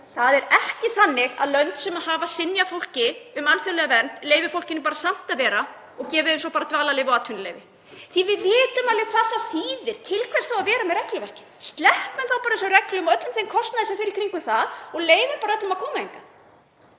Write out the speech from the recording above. Það er ekki þannig að lönd sem hafa synjað fólki um alþjóðlega vernd leyfi því bara samt að vera og gefi því svo bara dvalarleyfi og atvinnuleyfi, því að við vitum alveg hvað það þýðir. Til hvers þá að vera með regluverkið? Sleppum þá bara þessum reglum og öllum kostnaði í kringum þær og leyfum öllum að koma hingað.